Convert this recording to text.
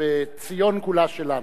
ב"ציון כולה שלנו".